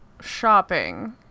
shopping